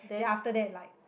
then after that like